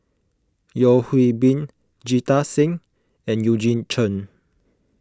Yeo Hwee Bin Jita Singh and Eugene Chen